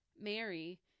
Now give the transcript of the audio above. Mary